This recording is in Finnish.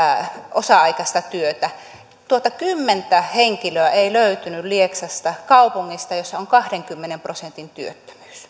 osa aikaista työtä noita kymmentä henkilöä ei löytynyt lieksasta kaupungista jossa on kahdenkymmenen prosentin työttömyys